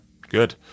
good